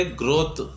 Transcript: growth